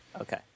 Okay